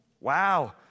Wow